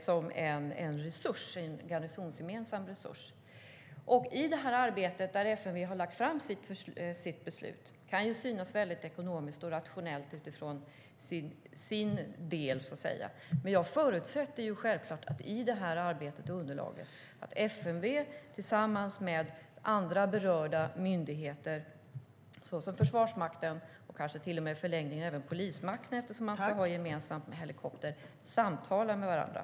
För FMV:s del kan det beslut som man nu har lagt fram synas väldigt ekonomiskt och rationellt, men jag förutsätter att FMV tillsammans med andra berörda myndigheter, såsom Försvarsmakten och kanske till och med i förlängningen polisen, eftersom man ska ha gemensam helikopter, samtalar med varandra.